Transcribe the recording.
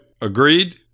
agreed